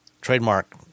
trademark